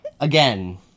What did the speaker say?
Again